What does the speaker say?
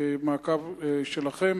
מעקב שלכם.